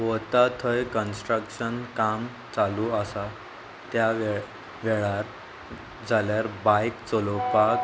वता थंय कन्स्ट्रक्शन काम चालू आसा त्या वे वेळार जाल्यार बायक चलोवपाक